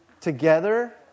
together